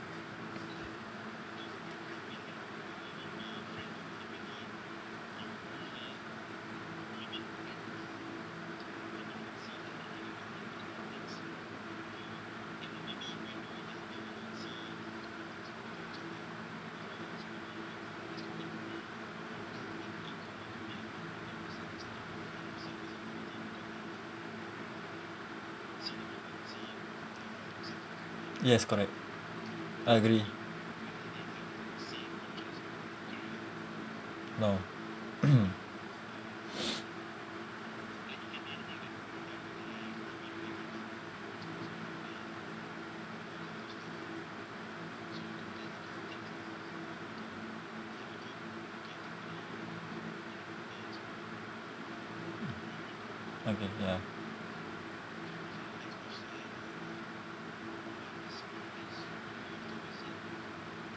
yes correct I agree no okay ya